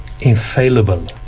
infallible